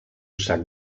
sac